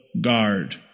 guard